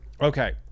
Okay